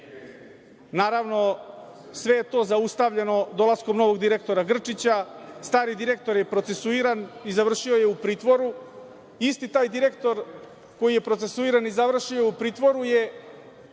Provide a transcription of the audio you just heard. evra. Naravno, sve je zaustavljeno dolaskom novog direktora Grčića. Stari direktor je procesuiran i završio je u pritvoru. Istog tog direktora koji je procesuiran i završio u pritvoru je